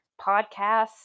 podcasts